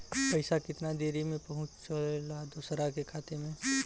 पैसा कितना देरी मे पहुंचयला दोसरा के खाता मे?